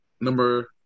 number